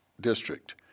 district